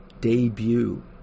debut